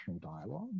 dialogue